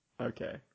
okay